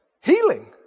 healing